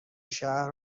شهر